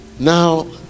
now